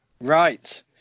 Right